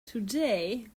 today